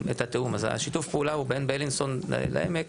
אז השיתוף פעולה הוא בין בלינסון לעמק,